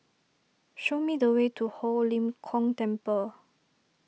show me the way to Ho Lim Kong Temple